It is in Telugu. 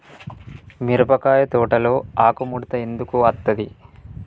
మిరపకాయ తోటలో ఆకు ముడత ఎందుకు అత్తది?